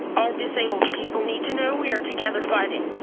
all disabled people need to know we are together fighting.